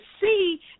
see